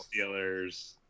Steelers